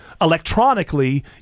electronically